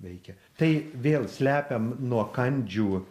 veikia tai vėl slepiam nuo kandžių